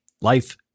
life